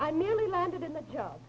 i merely minded in the job